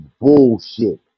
bullshit